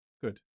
good